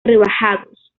rebajados